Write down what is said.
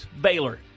Baylor